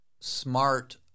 smart